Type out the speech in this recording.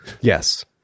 Yes